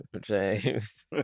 James